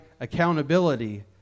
accountability